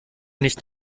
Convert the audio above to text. nicht